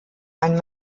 ein